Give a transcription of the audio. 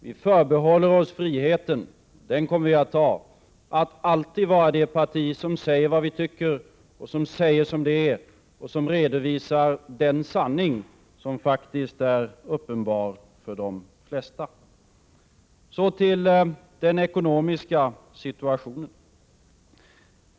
Vi förbehåller oss friheten — den kommer vi att ta-— att alltid vara det parti som säger vad vi tycker, som säger som det är och som redovisar den sanning som faktiskt är uppenbar för de flesta. Så till den ekonomiska situationen.